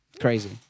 Crazy